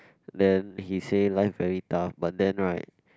then he say life very tough but then right